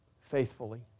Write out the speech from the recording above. faithfully